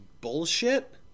bullshit